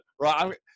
Right